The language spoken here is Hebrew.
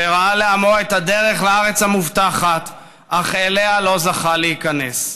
שהראה לעמו את הדרך לארץ המובטחת אך אליה לא זכה להיכנס.